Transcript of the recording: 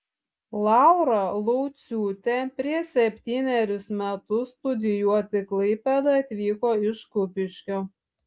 laura lauciūtė prieš septynerius metus studijuoti į klaipėdą atvyko iš kupiškio